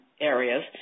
areas